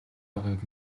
байгааг